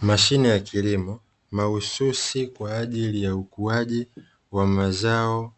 Mashine ya kilimo mahususi kwa ajili ya ukuaji wa mazao